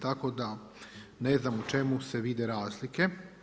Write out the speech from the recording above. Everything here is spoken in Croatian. Tako da ne znam u čemu se vide razlike.